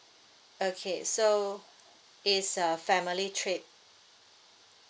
okay so it's a family trip